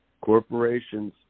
corporations